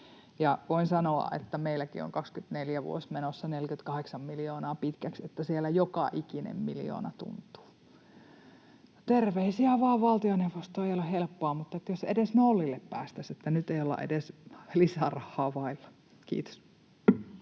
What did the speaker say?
voin sanoa, että meilläkin on vuosi 24 menossa 48 miljoonaa pitkäksi, niin että siellä joka ikinen miljoona tuntuu. Terveisiä vaan valtioneuvostoon. Ei ole helppoa, mutta jos edes nollille päästäisiin. Nyt ei olla edes lisärahaa vailla. — Kiitos.